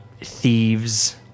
thieves